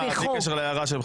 בלי קשר להצעה שלך,